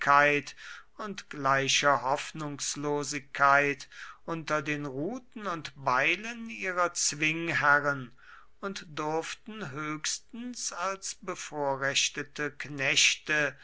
und gleicher hoffnungslosigkeit unter den ruten und beilen ihrer zwingherren und durften höchstens als bevorrechtete knechte